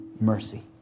mercy